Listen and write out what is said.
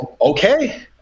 okay